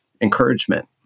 encouragement